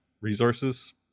resources